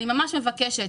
אני ממש מבקשת,